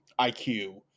IQ